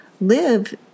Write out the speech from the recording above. live